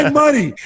money